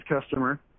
customer